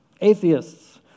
Atheists